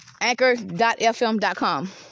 anchor.fm.com